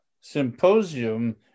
symposium